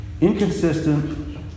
Inconsistent